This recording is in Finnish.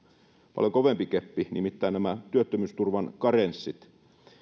paljon kovempi keppi nimittäin nämä työttömyysturvan karenssit